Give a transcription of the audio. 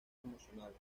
emocionales